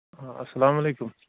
آ اَسلامُ علیکُم